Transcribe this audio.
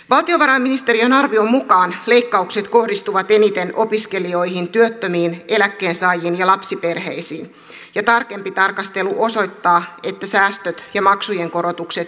valtiovarainministeriön arvion mukaan leikkaukset kohdistuvat eniten opiskelijoihin työttömiin eläkkeensaajiin ja lapsiperheisiin ja tarkempi tarkastelu osoittaa että säästöt ja maksujen korotukset myös kasautuvat